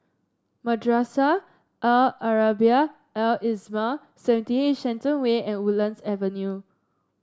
Madrasah Al Arabiah Al Islamiah seventy eight Shenton Way and Woodlands Avenue